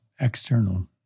external